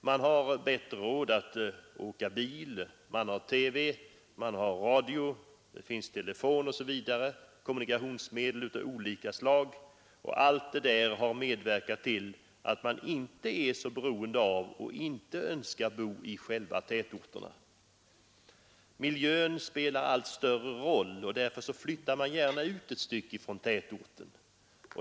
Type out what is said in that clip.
Man har fått råd att åka bil, man har kommunikationsmedel av olika slag, t.ex. TV, radio, telefon osv. Allt detta har medverkat till att människorna nu inte är lika beroende av att bo i tätorterna. De har inte heller så stark önskan att göra det. Miljön spelar också en allt större roll, och därför flyttar man gärna ut ett stycke från tätorten.